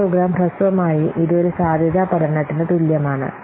ഈ പ്രോഗ്രാം ഹ്രസ്വമായി ഇത് ഒരു സാധ്യതാ പഠനത്തിന് തുല്യമാണ്